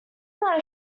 not